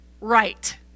right